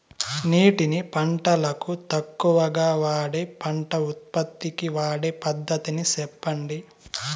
నీటిని పంటలకు తక్కువగా వాడే పంట ఉత్పత్తికి వాడే పద్ధతిని సెప్పండి?